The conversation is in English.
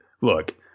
look